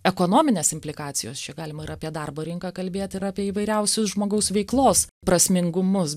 ekonominės implikacijos čia galima ir apie darbo rinką kalbėti apie įvairiausius žmogaus veiklos prasmingumus